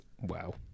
Wow